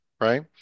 right